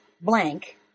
blank